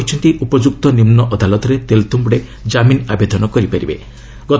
supreme court କହିଛନ୍ତି ଉପଯୁକ୍ତ ନିମ୍ନ ଅଦାଲତରେ ତେଲ୍ତୁମ୍ୟୁଡେ କାମିନ୍ ଆବେଦନ କରିପାରିବେ